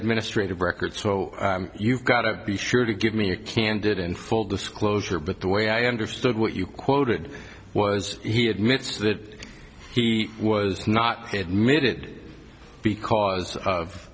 ministry of record so you've got to be sure to give me a candid in full disclosure but the way i understood what you quoted was he admits that he was not admitted because of